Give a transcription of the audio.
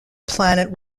planet